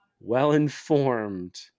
well-informed